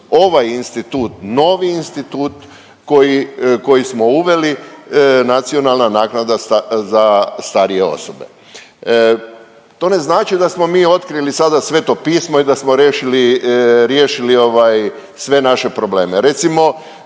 ovaj institut, novi institut koji smo uveli, nacionalna naknada za starije osobe. To ne znači da smo mi otkrili sada Sveto pismo i da smo riješili, riješili